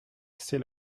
c’est